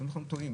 אתם טועים,